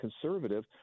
conservative